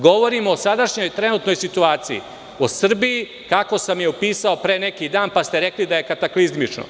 Govorimo o sadašnjoj trenutnoj situaciji, o Srbiji kako sam je opisao pre neki dan, pa ste rekli da je kataklizmično.